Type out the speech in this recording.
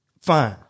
Fine